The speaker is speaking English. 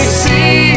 see